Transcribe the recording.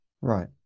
right